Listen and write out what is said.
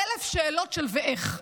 אלף שאלות של "ואיך".